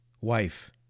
Wife